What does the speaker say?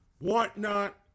whatnot